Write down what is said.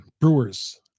Brewers